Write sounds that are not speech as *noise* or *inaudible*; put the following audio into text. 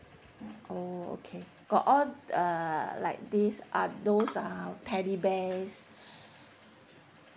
oh okay got all uh like these uh those uh teddy bears *breath*